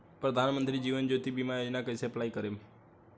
प्रधानमंत्री जीवन ज्योति बीमा योजना कैसे अप्लाई करेम?